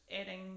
adding